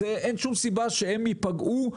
אין שום סיבה שהם ייפגעו,